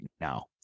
now